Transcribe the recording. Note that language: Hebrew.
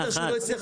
הוא לא הציג כלי,